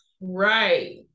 right